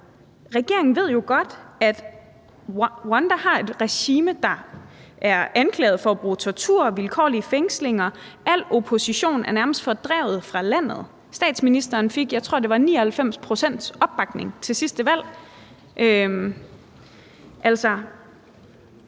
Regeringen ved jo godt, at Rwanda har et regime, der er anklaget for at bruge tortur, vilkårlige fængslinger, og al opposition er nærmest fordrevet fra landet. Statsministeren dér fik, jeg tror, det var